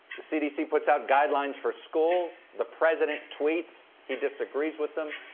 the cdc puts out guidelines for schools, the president tweets he disagrees with them.